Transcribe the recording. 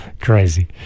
Crazy